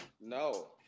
no